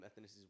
ethnicities